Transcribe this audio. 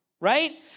Right